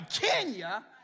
Kenya